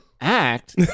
act